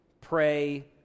pray